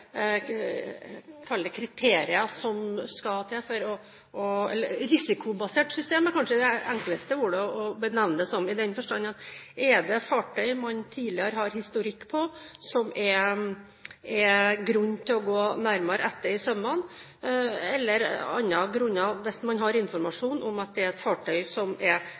kriterier som skal til, eller et risikobasert system er det kanskje enklest å benevne det som, i den forstand at er det fartøy man tidligere har historikk på som det er grunn til å gå nærmere etter i sømmene, eller andre grunner – hvis man har informasjon om at det er et fartøy som det er